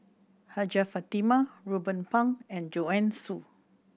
Hajjah Fatimah Ruben Pang and Joanne Soo